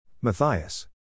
Matthias